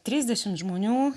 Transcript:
trisdešimt žmonių